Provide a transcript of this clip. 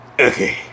Okay